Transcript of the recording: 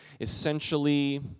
essentially